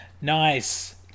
Nice